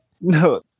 No